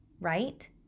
right